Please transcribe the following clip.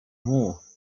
more